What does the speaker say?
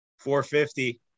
450